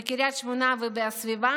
בקריית שמונה והסביבה,